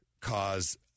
cause